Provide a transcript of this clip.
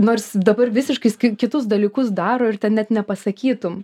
nors dabar visiškai kitus dalykus daro ir ten net nepasakytum